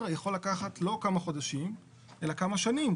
יכול לקחת לא כמה חודשים אלא כמה שנים,